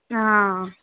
हाँ